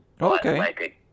Okay